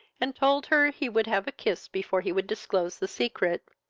and told her he would have a kiss before he would disclose the secret